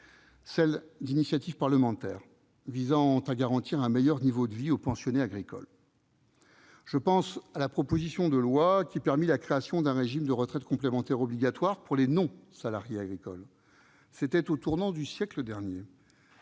celle d'initiatives parlementaires visant à garantir un meilleur niveau de vie aux pensionnés agricoles. Je pense à la proposition de loi qui permit la création d'un régime de retraite complémentaire obligatoire pour les non-salariés agricoles. C'était au tournant du siècle dernier.